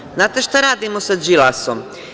Da li znate šta radimo sa Đilasom?